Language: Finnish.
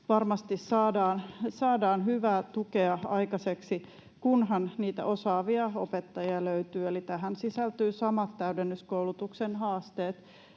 varmasti saadaan hyvää tukea aikaiseksi, kunhan niitä osaavia opettajia löytyy, eli tähän sisältyy samat täydennyskoulutuksen haasteet